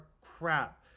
crap